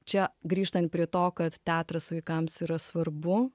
čia grįžtant prie to kad teatras vaikams yra svarbu